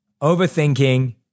overthinking